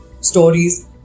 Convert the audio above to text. stories